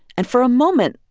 and for a moment,